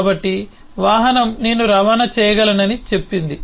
కాబట్టి వాహనం నేను రవాణా చేయగలనని చెప్పింది